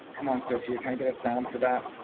come on sofia you can get a sound for that.